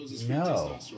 No